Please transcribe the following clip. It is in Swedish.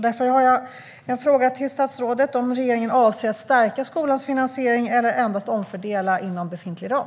Därför har jag en fråga till statsrådet om regeringen avser att stärka skolans finansiering eller endast omfördela inom befintlig ram.